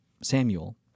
Samuel